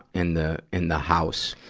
in the, in the house?